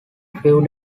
few